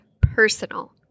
personal